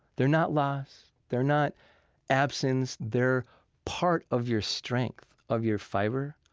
they're not lost. they're not absence. they're part of your strength, of your fiber.